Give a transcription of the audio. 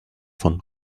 von